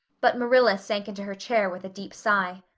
but marilla sank into her chair with a deep sigh.